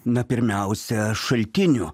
na pirmiausia šaltinių